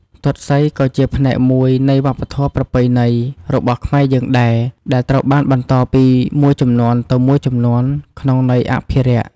ទាត់សីក៏ជាផ្នែកមួយនៃ វប្បធម៌ប្រពៃណី របស់ខ្មែរយើងដែរ ដែលត្រូវបានបន្តពីមួយជំនាន់ទៅមួយជំនាន់ ក្នុងន័យអភិរក្ស។